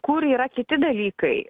kur yra kiti dalykai